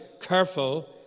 careful